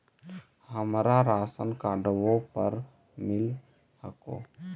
हमरा राशनकार्डवो पर मिल हको?